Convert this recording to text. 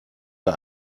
der